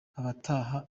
abataha